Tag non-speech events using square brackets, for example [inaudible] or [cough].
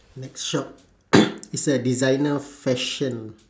next shop [coughs] it's a designer fashion